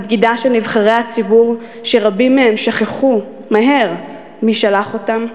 הבגידה של נבחרי הציבור שרבים מהם שכחו מהר מי שלח אותם,